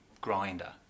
grinder